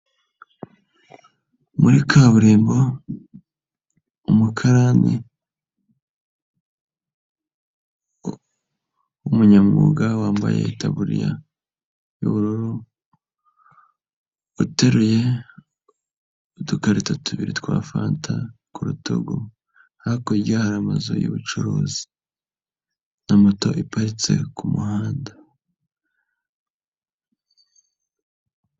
Muri kaburimbo umukarani w'umunyamwuga wambaye itaburiya y'ubururu uteruye udukarito tubiri twa fanta ku rutugu, hakurya hari amazu y'ubucuruzi na moto iparitse ku muhanda.